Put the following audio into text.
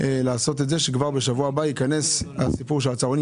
לעשות את זה שכבר בשבוע הבא הסיפור של הצהרונים